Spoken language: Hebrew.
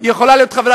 היא יכולה להיות חברה,